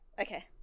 Okay